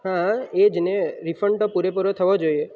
હા એજ ને રિફંડ તો પૂરેપૂરો થવો જોઈએ